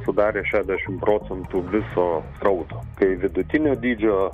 sudarė šešiasdešim procentų viso srauto kai vidutinio dydžio